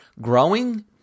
growing